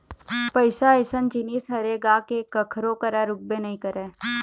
पइसा अइसन जिनिस हरे गा के कखरो करा रुकबे नइ करय